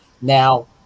Now